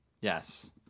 Yes